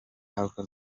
alpha